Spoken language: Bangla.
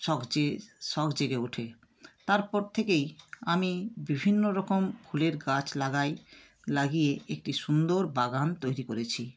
শখ জেগে ওঠে তারপর থেকেই আমি বিভিন্ন রকম ফুলের গাছ লাগাই লাগিয়ে একটি সুন্দর বাগান তৈরি করেছি